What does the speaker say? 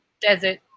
desert